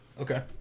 Okay